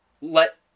let